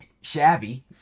Shabby